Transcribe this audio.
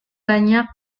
banyak